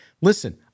Listen